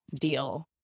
deal